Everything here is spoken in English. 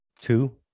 Two